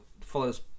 follows